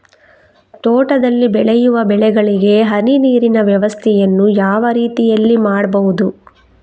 ತೋಟದಲ್ಲಿ ಬೆಳೆಯುವ ಬೆಳೆಗಳಿಗೆ ಹನಿ ನೀರಿನ ವ್ಯವಸ್ಥೆಯನ್ನು ಯಾವ ರೀತಿಯಲ್ಲಿ ಮಾಡ್ಬಹುದು?